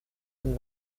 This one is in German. den